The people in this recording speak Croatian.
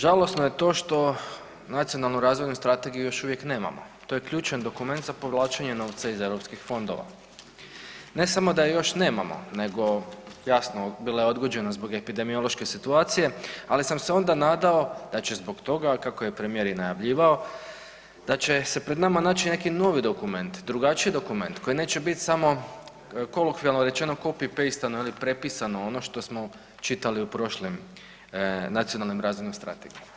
Žalosno je to što nacionalnu razvoju strategiju još uvijek nemamo, to je ključan dokument za povlačenje novca iz europskih fondova, ne samo da je još nemamo nego jasno bila je odgođena zbog epidemiološke situacije ali sam se onda nadao da će zbog toga, kako je premijer i najavljivao, da će se pred nama naći neki novi dokument, drugačiji dokument koji neće biti samo kolokvijalno rečeno copy paste ili prepisano ono što smo čitali u prošlim nacionalnim razvojnim strategijama.